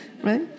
right